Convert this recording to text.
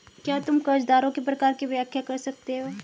क्या तुम कर्जदारों के प्रकार की व्याख्या कर सकते हो?